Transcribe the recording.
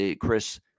Chris